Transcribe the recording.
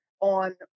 on